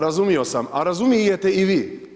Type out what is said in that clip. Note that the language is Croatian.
Razumio sam, a razumijete i vi.